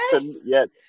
Yes